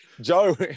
Joe